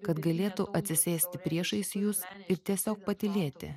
kad galėtų atsisėsti priešais jus ir tiesiog patylėti